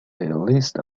list